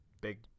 big